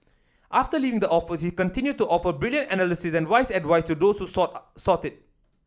after leaving the office he continued to offer brilliant analysis and wise advice to those sought it